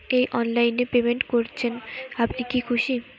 এই অনলাইন এ পেমেন্ট করছেন আপনি কি খুশি?